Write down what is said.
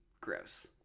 gross